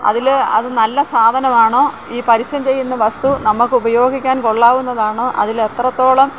അതിൽ അത് നല്ല സാധനമാണോ ഈ പരസ്യം ചെയ്യുന്ന വസ്തു നമുക്ക് ഉപയോഗിക്കാൻ കൊള്ളാവുന്നതാണോ അതിൽ എത്രത്തോളം